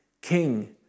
king